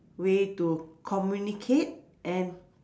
way to communicate and